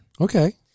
Okay